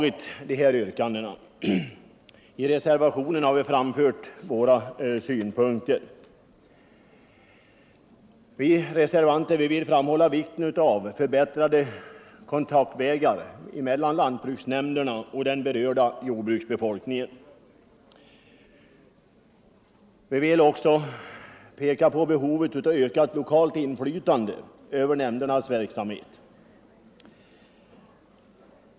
I reservationen vill vi reservanter framhålla vikten av förbättrade kontaktvägar mellan lantbruksnämnderna och den berörda jordbruksbefolkningen. Vi vill också peka på behovet av ökat lokalt inflytande i nämndernas verksamhet.